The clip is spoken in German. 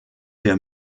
der